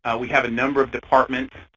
we have a number of departments,